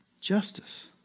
justice